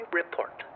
report